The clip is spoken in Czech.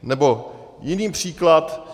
Nebo jiný příklad.